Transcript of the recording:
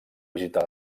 visitar